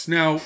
Now